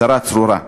צרה צרורה.